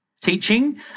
teaching